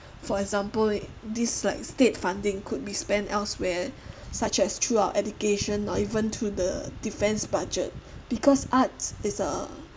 for example this like state funding could be spent elsewhere such as through our education or even to the defense budget because art is a